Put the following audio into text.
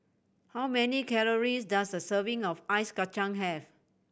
how many calories does a serving of Ice Kachang have